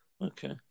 Okay